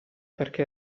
perché